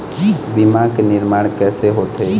बीज के निर्माण कैसे होथे?